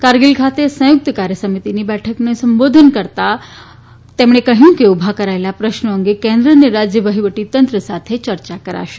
કારગીલ ખાતે સંયુક્ત કાર્ય સમિતિની બેઠકોને સંબોધતાં તેમણે કહ્યું કે ઉભા કરાચેલ પ્રશ્નો અંગે કેન્દ્ર અને રાજ્ય વહીવટીતંત્ર સાથે ચર્ચા કરાશે